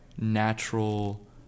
natural